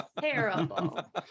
Terrible